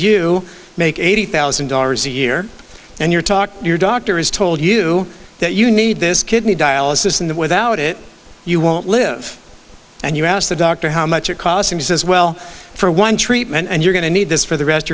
you make eighty thousand dollars a year and your talk your doctor is told you that you need this kidney dialysis and without it you won't live and you asked the doctor how much it cost him just as well for one treatment and you're going to need this for the rest